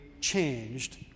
changed